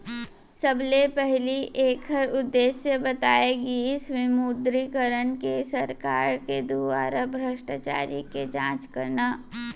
सबले पहिली ऐखर उद्देश्य बताए गिस विमुद्रीकरन के सरकार के दुवारा भस्टाचारी के जाँच करना